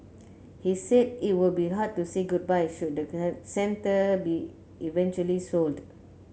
he said it would be hard to say goodbye should centre be eventually sold